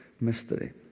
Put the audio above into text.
mystery